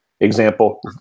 example